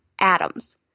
atoms